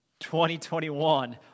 2021